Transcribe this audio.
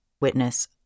witness